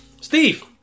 Steve